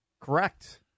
Correct